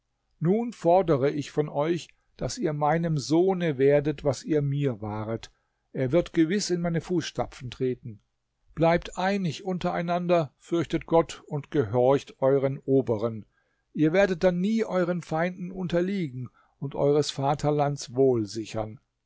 nun fordere ich von euch daß ihr meinem sohne werdet was ihr mir waret er wird gewiß in meine fußstapfen treten bleibt einig untereinander fürchtet gott und gehorcht euren oberen ihr werdet dann nie euren feinden unterliegen und eures vaterlands wohl sichern